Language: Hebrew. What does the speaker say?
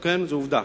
כן, זו עובדה.